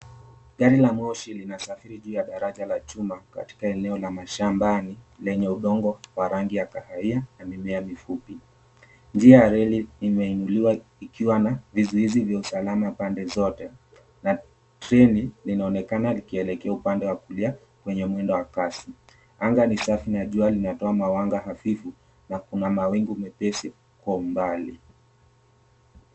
Gari la moshi linasafiri juu ya daraja la chuma katika eneo la mashambani lenye udongo wa rangi ya kahawia na mimea mifupi. Njia ya reli imeinuliwa ikiwa na vizuizi vya usalama pande zote na treni linaonekana likielekea upande wa kulia kwenye mwendo wa kasi. Anga ni safi na jua linatoa mawanga hafifu na kuna mawingu mepesi kwa umbali.